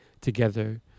together